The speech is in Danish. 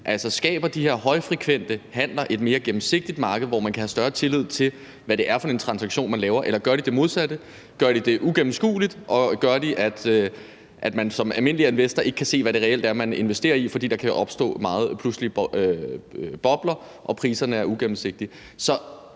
om de her højfrekvente handler skaber et mere gennemsigtigt marked, hvor man kan have større tillid, i forhold til hvad det er for en transaktion, eller om de gør det modsatte; gør de det ugennemskueligt, og gør de, at man som almindelig investor ikke kan se, hvad det reelt er, man investerer i, fordi der kan opstå meget pludselige bobler og priserne er ugennemsigtige?